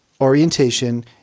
orientation